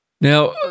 Now